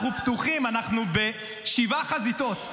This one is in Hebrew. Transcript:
אנחנו פתוחים, אנחנו בשבע חזיתות.